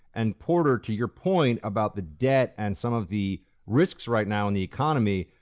and porter, to your point about the debt and some of the risks right now in the economy,